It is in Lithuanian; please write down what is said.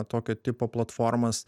tokio tipo platformas